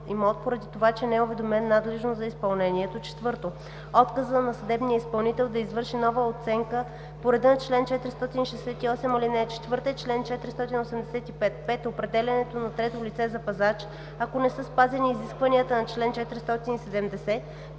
имот, поради това, че не е уведомен надлежно за изпълнението; 4. отказа на съдебния изпълнител да извърши нова оценка по реда на чл. 468, ал. 4 и чл. 485; 5. определянето на трето лице за пазач, ако не са спазени изискванията на чл. 470,